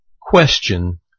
question